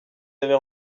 avez